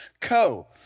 Co